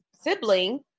sibling